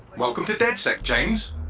welcome to dedsec, james.